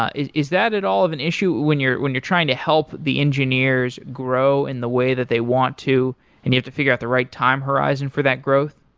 ah is is that at all of an issue when you're when you're trying to help the engineers grow in the way that they want to and you have to figure out the right time horizon for that growth?